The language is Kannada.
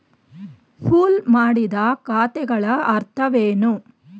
ಪೂಲ್ ಮಾಡಿದ ಖಾತೆಗಳ ಅರ್ಥವೇನು?